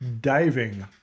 diving